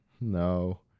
No